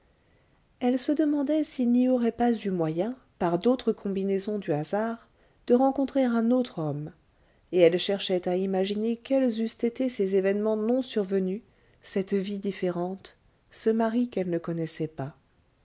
elle se demandait s'il n'y aurait pas eu moyen par d'autres combinaisons du hasard de rencontrer un autre homme et elle cherchait à imaginer quels eussent été ces événements non survenus cette vie différente ce mari qu'elle ne connaissait pas